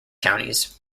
counties